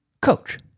Coach